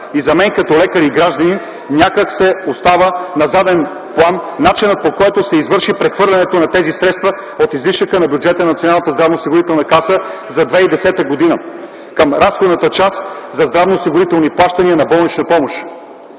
и за мен като лекар и гражданин някак си остава на заден план начинът, по който се извърши прехвърлянето на тези средства от излишъка на бюджета на Националната здравноосигурителна каса за 2010 г. към разходната част за здравноосигурителни плащания на болнична помощ.